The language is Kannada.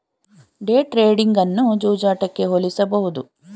ಡೇ ಟ್ರೇಡಿಂಗ್ ಅನ್ನು ಜೂಜಾಟಕ್ಕೆ ಹೋಲಿಸಬಹುದು